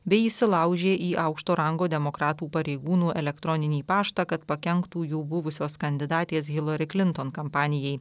bei įsilaužė į aukšto rango demokratų pareigūnų elektroninį paštą kad pakenktų jau buvusios kandidatės hilari klinton kampanijai